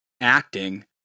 acting